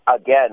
again